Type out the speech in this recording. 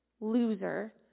loser